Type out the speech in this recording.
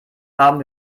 haben